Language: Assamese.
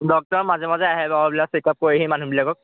ডক্টৰৰ মাজে মাজে আহে বাৰু এইবিলাক চেক আপ কৰেহি মানুহবিলাকক